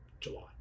July